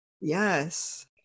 Yes